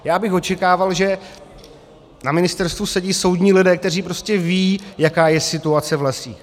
Já bych očekával, že na ministerstvu sedí soudní lidé, kteří prostě vědí, jaká je situace v lesích.